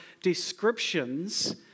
descriptions